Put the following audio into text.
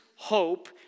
hope